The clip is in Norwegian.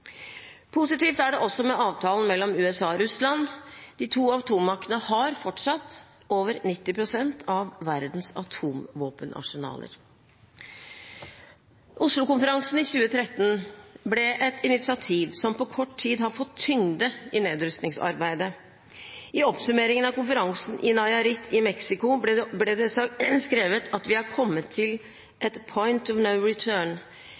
Positivt er det også med avtalen mellom USA og Russland. De to atommaktene har fortsatt over 90 pst. av verdens atomvåpenarsenaler. Oslo-konferansen i 2013 ble et initiativ som på kort tid har fått tyngde i nedrustningsarbeidet. I oppsummeringen av konferansen i Nayarit i Mexico ble det skrevet at vi er kommet til et «point of no return».